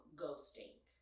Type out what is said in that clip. ghosting